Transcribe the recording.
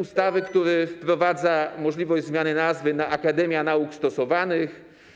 ustawy, który wprowadza możliwość zmiany nazwy na „akademia nauk stosowanych”